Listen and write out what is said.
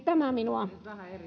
tämä minua